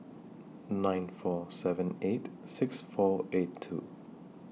nine four seven eight six four eight two